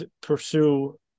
pursue